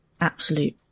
Absolute